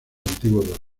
antiguos